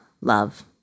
love